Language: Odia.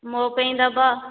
ମୋ ପାଇଁ ଦେବ